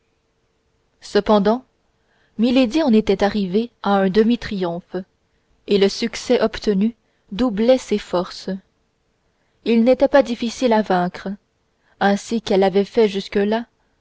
cependant milady en était arrivée à un demi triomphe et le succès obtenu doublait ses forces il n'était pas difficile de vaincre ainsi qu'elle l'avait fait jusque-là